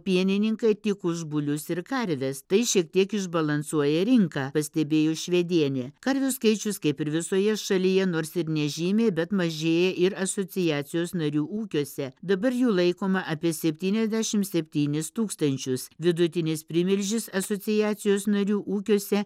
pienininkai tik už bulius ir karves tai šiek tiek išbalansuoja rinką pastebėjo švedienė karvių skaičius kaip ir visoje šalyje nors ir nežymiai bet mažėja ir asociacijos narių ūkiuose dabar jų laikoma apie septyniasdešim septynis tūkstančius vidutinis primilžis asociacijos narių ūkiuose